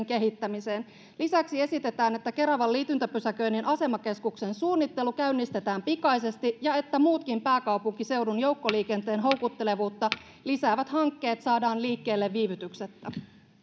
kehittämiseen lisäksi esitetään että keravan liityntäpysäköinnin asemakeskuksen suunnittelu käynnistetään pikaisesti ja että muutkin pääkaupunkiseudun joukkoliikenteen houkuttelevuutta lisäävät hankkeet saadaan liikkeelle viivytyksettä